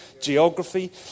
geography